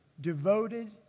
devoted